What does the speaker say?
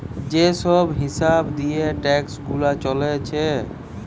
যে সব হিসাব দিয়ে ট্যাক্স গুনা চলছে